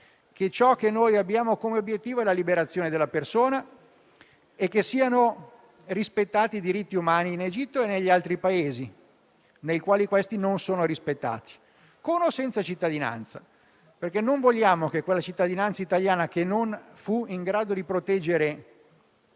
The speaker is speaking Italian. che ciò che abbiamo come obiettivo è la liberazione della persona e che siano rispettati i diritti umani in Egitto e negli altri Paesi nei quali non lo sono, con o senza cittadinanza. Non vogliamo infatti che quella cittadinanza italiana che non fu in grado di proteggere